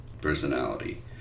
personality